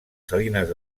salines